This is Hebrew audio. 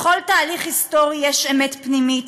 בכל תהליך היסטורי יש אמת פנימית,